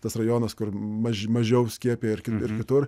tas rajonas kur maži mažiau skiepija ir kitur